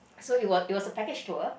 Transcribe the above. so it was it was a package tour